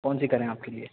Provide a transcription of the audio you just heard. کون سی کریں آپ کے لیے